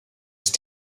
ist